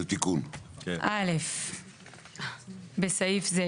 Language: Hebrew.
49לב3. (א)בסעיף זה,